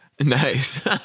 Nice